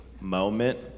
moment